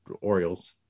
Orioles